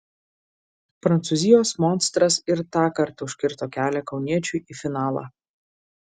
prancūzijos monstras ir tąkart užkirto kelią kauniečiui į finalą